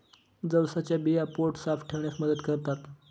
जवसाच्या बिया पोट साफ ठेवण्यास मदत करतात